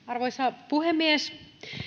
arvoisa puhemies